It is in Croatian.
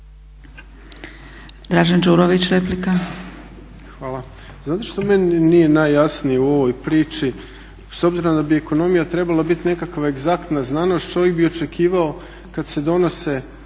Dražen (HDSSB)** Hvala. Znate što meni nije najjasnije u ovoj priči s obzirom da bi ekonomija trebala biti nekakva egzaktna znanost čovjek bi očekivao kad se donose